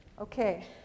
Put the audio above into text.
Okay